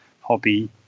hobby